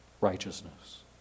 righteousness